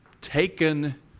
taken